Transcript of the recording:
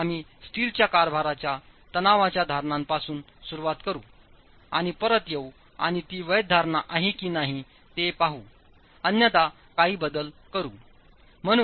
आम्हीस्टीलच्या कारभाराच्या तणावाच्या धारणापासून सुरुवातकरूआणि परत येऊ आणिती वैध धारणा आहे कीनाही ते पहाअन्यथा काही बदल करा